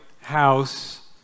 house